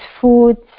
foods